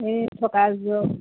এই থকা এযোৰ